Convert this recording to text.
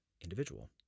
individual